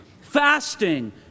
Fasting